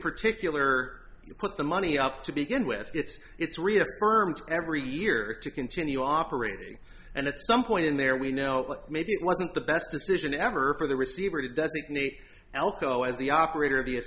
particular put the money up to begin with it's it's reaffirmed every year to continue operating and at some point in there we know maybe it wasn't the best decision ever for the receiver to designate elko as the operator